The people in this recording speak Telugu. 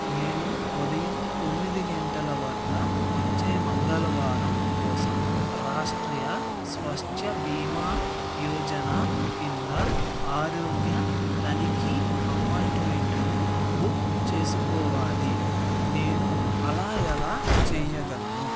నేను ఉదయం తొమ్మిది గంటల వద్ద వచ్చే మంగళవారం కోసం రాష్ట్రీయ స్వాస్థ్య బీమా యోజన కింద ఆరోగ్య తనిఖీ అపాయింట్మెంటును బుక్ చేసుకోవాలి నేను అలా ఎలా చేయ్యగలను